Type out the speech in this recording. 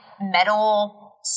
metal